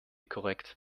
korrekt